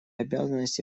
обязанности